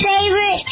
favorite